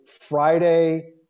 Friday